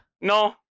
No